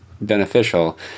beneficial